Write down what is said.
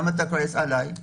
למה אתה כועס עלי?